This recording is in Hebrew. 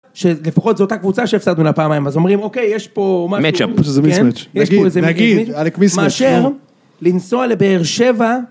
לפחות זו אותה קבוצה שהפסדנו לה פעמיים, אז אומרים אוקיי יש פה משהו, מאצ' אפ, מיס מאטץ', נגיד, נגיד, עאלק מיס מאטץ',מאשר, לנסוע לבאר שבע.